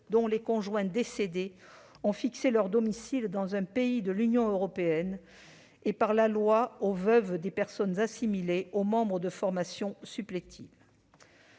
dont les conjoints décédés ont fixé leur domicile dans un pays de l'Union européenne et par la loi aux veuves des personnes « assimilées » aux membres des formations supplétives.